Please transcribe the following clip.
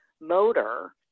motor